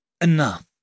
enough